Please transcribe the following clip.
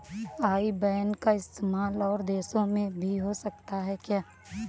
आई ban का इस्तेमाल और देशों में भी हो सकता है क्या?